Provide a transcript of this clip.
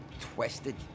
Twisted